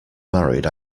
married